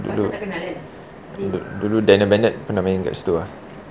dulu dulu daniel bennett pernah main dekat situ ah